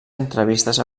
entrevistes